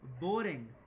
boring